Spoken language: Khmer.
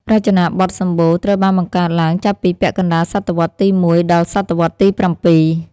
រចនាបថសំបូរ ត្រូវបានបង្កើតឡើង ចាប់ពីពាក់កណ្ដាលសតវត្សទី១ ដល់សតវត្សទី៧។